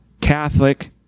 Catholic